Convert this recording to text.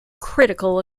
critical